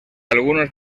algunos